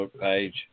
page